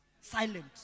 silent